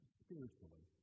spiritually